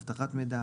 אבטחת מידע,